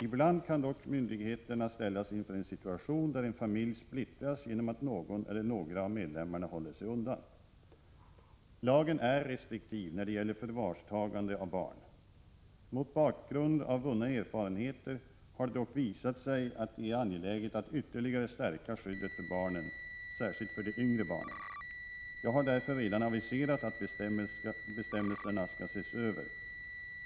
Ibland kan dock myndigheterna ställas inför en situation där en familj splittras genom att någon eller några av medlemmarna håller sig undan. Lagen är restriktiv när det gäller förvarstagande av barn. Mot bakgrund av vunna erfarenheter har det dock visat sig att det är angeläget att ytterligare stärka skyddet för barnen, särskilt för de yngre barnen. Jag har därför redan aviserat att bestämmelserna skall ses över.